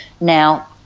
now